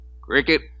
Cricket